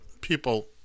people